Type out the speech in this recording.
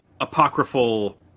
apocryphal